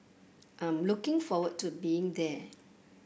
I'm looking forward to being there